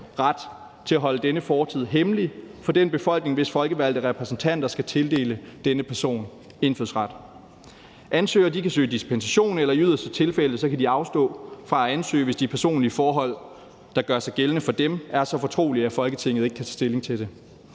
ret til at holde denne fortid hemmelig for den befolkning, hvis folkevalgte repræsentanter skal tildele denne person indfødsret. Ansøgere kan søge dispensation, eller i yderste tilfælde kan de afstå fra at ansøge, hvis de personlige forhold, der gør sig gældende for dem, er så fortrolige, at Folketinget ikke kan tage stilling til det.